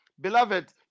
Beloved